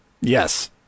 Yes